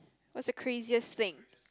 what's the craziest thing